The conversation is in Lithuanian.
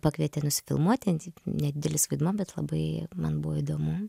pakvietė nusifilmuoti nedidelis vaidmuo bet labai man buvo įdomu